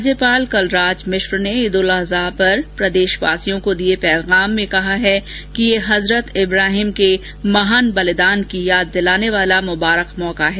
राज्यपाल कलराज मिश्र ने ईद् उल अज़हा पर प्रदेशवासियों को दिये पैगाम में कहा है कि ये हज़रत इब्राहिम के महान् बलिदान की याद दिलाने वाला मुबारक मौका है